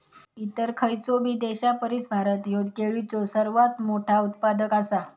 इतर खयचोबी देशापरिस भारत ह्यो केळीचो सर्वात मोठा उत्पादक आसा